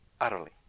utterly